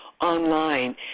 online